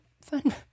fun